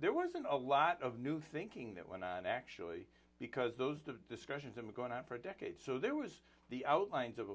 there wasn't a lot of new thinking that went on actually because those discussions and were going on for decades so there was the outlines of a